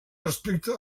respecte